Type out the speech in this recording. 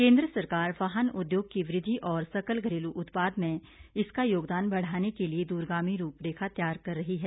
केंद्र सरकार वाहन उद्योग की वृद्वि और सकल घरेलू उत्पाद में इसका योगदान बढ़ाने के लिए दूरगामी रूपरेखा तैयार कर रही है